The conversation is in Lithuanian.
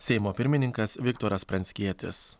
seimo pirmininkas viktoras pranckietis